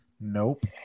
Nope